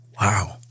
Wow